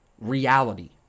reality